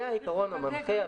זה העיקרון המנחה הבסיסי.